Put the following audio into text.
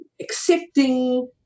accepting